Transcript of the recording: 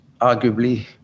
arguably